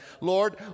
Lord